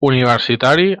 universitari